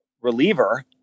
reliever